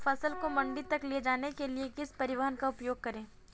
फसल को मंडी तक ले जाने के लिए किस परिवहन का उपयोग करें?